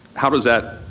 how does that,